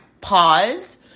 pause